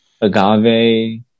agave